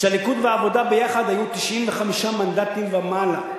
כשהליכוד והעבודה יחד היו 95 מנדטים ומעלה,